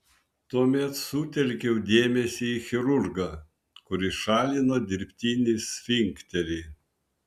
tuomet sutelkiau dėmesį į chirurgą kuris šalino dirbtinį sfinkterį